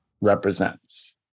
represents